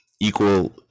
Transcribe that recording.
equal